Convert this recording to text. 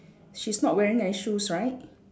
she's not wearing any shoes right